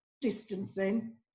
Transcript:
distancing